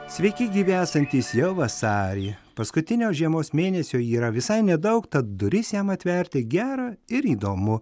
sveiki gyvi esantys jau vasarį paskutinio žiemos mėnesio yra visai nedaug tad duris jam atverti gera ir įdomu